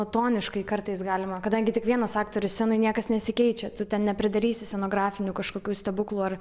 atoniškai kartais galima kadangi tik vienas aktorius scenoj niekas nesikeičia tu ten nepridarysi scenografinių kažkokių stebuklų ar